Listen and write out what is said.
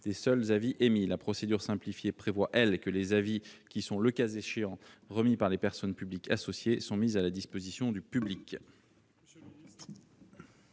des seuls avis émis. La procédure simplifiée prévoit, elle, que les avis qui sont, le cas échéant, remis par les personnes publiques associées sont mis à la disposition du public.